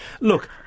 look